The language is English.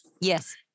Yes